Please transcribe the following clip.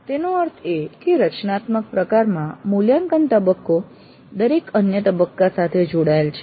તેનો અર્થ એ કે રચનાત્મક પ્રકારમાં મૂલ્યાંકન તબક્કો દરેક અન્ય તબક્કા સાથે જોડાયેલ છે